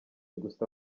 gusa